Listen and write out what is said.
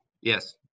Yes